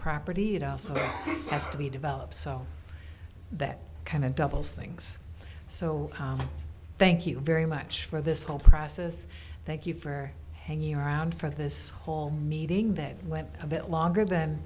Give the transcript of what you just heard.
be developed so that kind of doubles things so thank you very much for this whole process thank you for hanging around for this whole meeting that went a bit longer than